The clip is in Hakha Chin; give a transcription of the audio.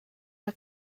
rak